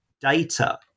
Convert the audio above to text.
data